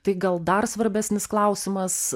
tai gal dar svarbesnis klausimas